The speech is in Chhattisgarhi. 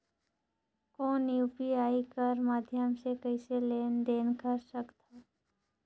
कौन यू.पी.आई कर माध्यम से कइसे लेन देन कर सकथव?